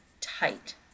tight